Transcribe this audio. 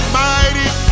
mighty